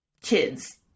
kids